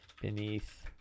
beneath